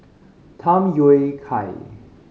Tham Yui Kai